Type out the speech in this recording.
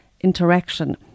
interaction